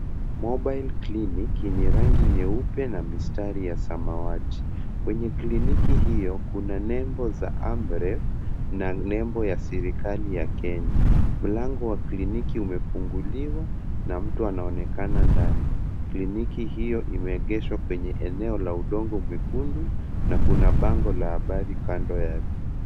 Mobile clinic yenye rangi nyeupe na mistari ya samawati. Kwenye kliniki hiyo kuna nembo za amref, na nembo ya serikali ya Kenya. Mlango wa kliniki umefunguliwa, na mtu anaonekana ndani. Kliniki hiyo imeegeshwa kwenye eneo la udongo mwekundu, na kuna bango la habari kando yake.